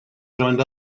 joined